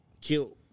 killed